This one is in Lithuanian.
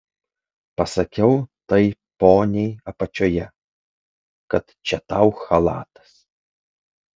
pasakiau tai poniai apačioje kad čia tau chalatas